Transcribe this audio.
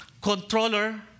controller